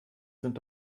sind